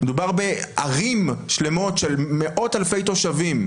מדובר בערים שלמות של עשרות אלפי תושבים,